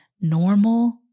normal